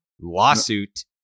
Lawsuit